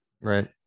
Right